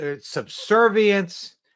subservience